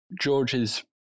George's